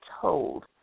told